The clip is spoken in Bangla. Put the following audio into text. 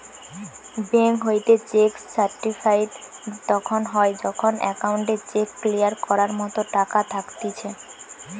বেঙ্ক হইতে চেক সার্টিফাইড তখন হয় যখন অ্যাকাউন্টে চেক ক্লিয়ার করার মতো টাকা থাকতিছে